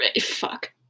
fuck